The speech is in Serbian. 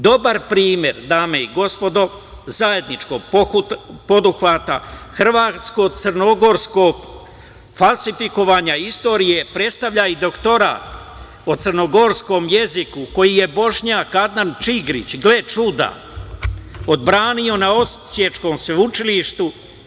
Dobar primer, dame i gospodo, zajedničkog poduhvata hrvatsko–crnogorskog falsifikovanja istorije predstavlja i doktorat o crnogorskom jeziku koji je Bošnjak Adnan Čingrić, gle čuda, odbranio na Osiječkom sveučilištu.